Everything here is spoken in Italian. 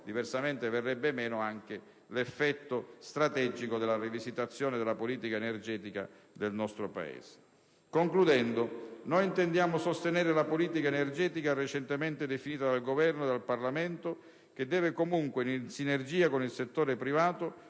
Diversamente, verrebbe meno anche l'effetto strategico della rivisitazione della politica energetica del nostro Paese. Concludendo, intendiamo sostenere la politica energetica recentemente definita dal Governo e dal Parlamento, che deve comunque, in sinergia con il settore privato,